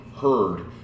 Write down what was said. heard